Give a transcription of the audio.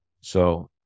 So-